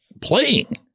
playing